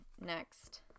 next